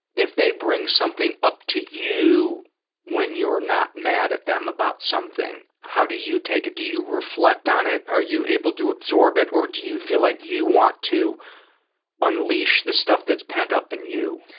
if they bring something up to you when you're not mad at them about something, how do you take it? do you reflect on it? are you able to absorb it, or do you feel like you want to unleash the stuff that's pent up in you?